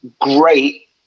great